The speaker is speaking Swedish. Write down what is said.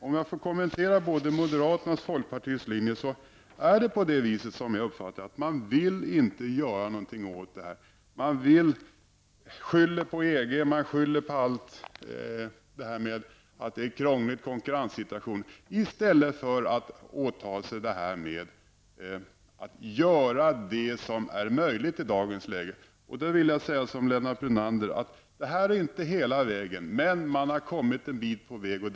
Om jag får kommentera moderaternas och folkpartiets linje uppfattade jag det som att man inte vill göra någonting åt det här. Man skyller på EG och man skyller på allt möjligt bl.a. på att det är en krånglig konkurrenssituation, i stället för att göra det som är möjligt i dagens läge. Då vill jag säga, som Lennart Brunander, att det här är inte hela vägen, men man har kommit en bit på vägen.